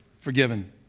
Forgiven